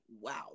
wow